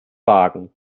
wagen